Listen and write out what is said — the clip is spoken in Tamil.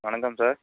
வணக்கம் சார்